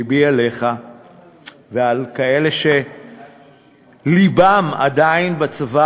לבי עליך ועל כאלה שלבם עדיין בצבא